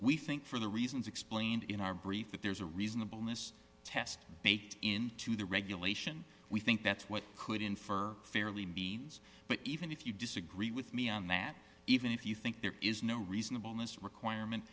we think for the reasons explained in our brief that there's a reasonable miss test baked into the regulation we think that's what could infer fairly means but even if you disagree with me on that even if you think there is no reasonable n'est requirement